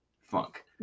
funk